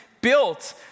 built